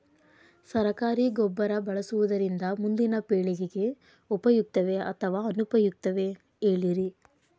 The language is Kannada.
ಸರಕಾರಿ ಗೊಬ್ಬರ ಬಳಸುವುದರಿಂದ ಮುಂದಿನ ಪೇಳಿಗೆಗೆ ಉಪಯುಕ್ತವೇ ಅಥವಾ ಅನುಪಯುಕ್ತವೇ ಹೇಳಿರಿ